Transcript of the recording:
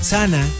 Sana